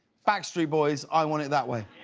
back street boys, i want it that way.